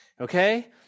okay